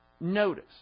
notice